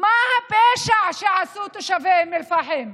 מה הפשע שעשו תושבי אום אל-פחם?